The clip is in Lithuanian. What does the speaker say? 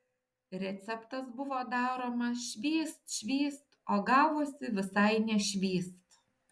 receptas buvo daromas švyst švyst o gavosi visai ne švyst